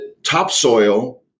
topsoil